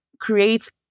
creates